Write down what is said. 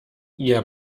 ihr